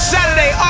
Saturday